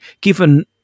given